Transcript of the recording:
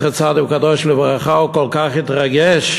זכר צדיק וקדוש לברכה, הוא כל כך התרגש,